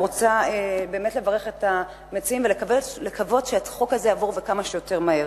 ואני רוצה באמת לברך את המציעים ולקוות שהחוק הזה יעבור וכמה שיותר מהר.